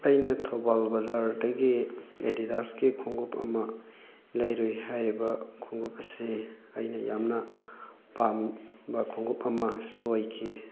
ꯑꯩꯅ ꯊꯧꯕꯥꯜ ꯕꯖꯥꯔꯗꯒꯤ ꯑꯦꯗꯤꯗꯥꯁꯀꯤ ꯈꯣꯡꯎꯞ ꯑꯃ ꯂꯩꯔꯨꯏ ꯍꯥꯏꯔꯤꯕ ꯈꯣꯡꯎꯞ ꯑꯁꯤ ꯑꯩꯅ ꯌꯥꯝꯅ ꯄꯥꯝꯕ ꯈꯣꯡꯎꯞ ꯑꯃꯁꯨ ꯑꯣꯏꯈꯤ